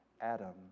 Adam